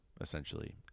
essentially